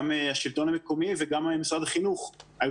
גם השלטון המקומי וגם משרד החינוך היו